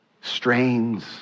strains